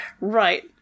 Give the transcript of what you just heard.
Right